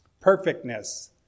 perfectness